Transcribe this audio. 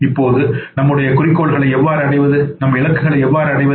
இப்போது நம்முடைய குறிக்கோள்களை எவ்வாறு அடைவது நம் இலக்குகளை எவ்வாறு அடைவது